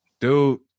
dude